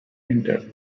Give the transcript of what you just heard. enter